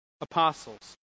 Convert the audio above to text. apostles